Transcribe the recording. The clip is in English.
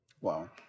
Wow